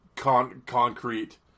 concrete